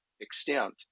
extent